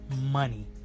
money